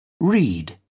Read